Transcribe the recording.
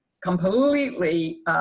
completely